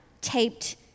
taped